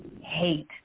hate